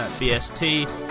BST